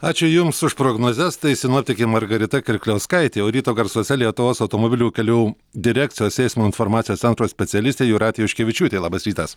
ačiū jums už prognozes tai sinoptikė margarita kirkliauskaitė o ryto garsuose lietuvos automobilių kelių direkcijos eismo informacijos centro specialistė jūratė juškevičiūtė labas rytas